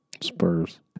Spurs